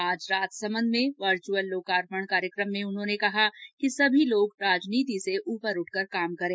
आज राजसमंद में वर्चुअल लोकार्पण कार्यक्रम में उन्होंने कहा कि सभी लोग राजनीति से ऊपर उठ कर काम करें